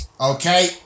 Okay